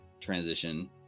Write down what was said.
transition